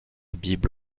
bible